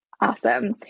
Awesome